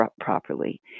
properly